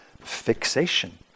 fixation